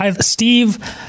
Steve